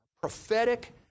prophetic